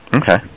Okay